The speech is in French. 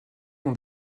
dans